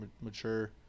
mature